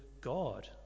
God